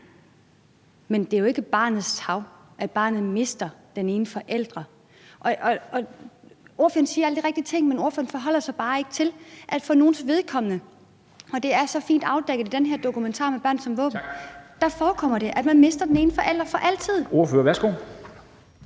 Men det er jo ikke barnets tarv, at barnet mister den ene forælder. Ordføreren siger alle de rigtige ting, men ordføreren forholder sig bare ikke til, at for nogles vedkommende – og det er så fint afdækket i den her dokumentar »Med børnene som våben« – forekommer det, at man mister den ene forælder for altid. Kl.